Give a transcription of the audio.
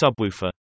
subwoofer